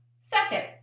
Second